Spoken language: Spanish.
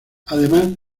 además